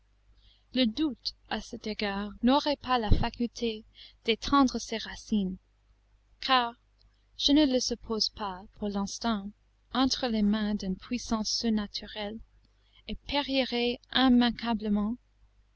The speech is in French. le doute à cet égard n'aurait pas la faculté d'étendre ses racines car je ne le suppose pas pour l'instant entre les mains d'une puissance surnaturelle et périrait immanquablement